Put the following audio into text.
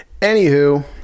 Anywho